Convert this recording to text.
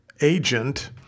agent